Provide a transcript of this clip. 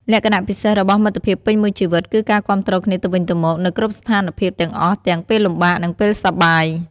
លក្ខណៈពិសេសរបស់មិត្តភាពពេញមួយជីវិតគឺការគាំទ្រគ្នាទៅវិញទៅមកនៅគ្រប់ស្ថានភាពទាំងអស់ទាំងពេលលំបាកនិងពេលសប្បាយ។